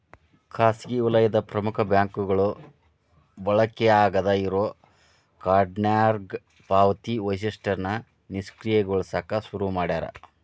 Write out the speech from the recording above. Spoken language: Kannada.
ಖಾಸಗಿ ವಲಯದ ಪ್ರಮುಖ ಬ್ಯಾಂಕ್ಗಳು ಬಳಕೆ ಆಗಾದ್ ಇರೋ ಕಾರ್ಡ್ನ್ಯಾಗ ಪಾವತಿ ವೈಶಿಷ್ಟ್ಯನ ನಿಷ್ಕ್ರಿಯಗೊಳಸಕ ಶುರು ಮಾಡ್ಯಾರ